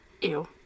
Ew